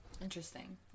interesting